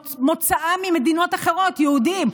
ומוצאם ממדינות אחרות, יהודים.